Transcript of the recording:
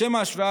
לשם השוואה,